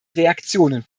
reaktionen